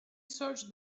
search